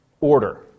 order